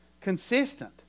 Consistent